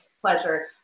pleasure